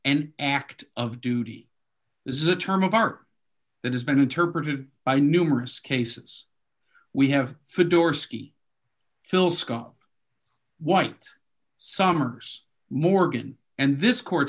an act of duty this is a term of art that has been interpreted by numerous cases we have fedora ski phil scott white summers morgan and this court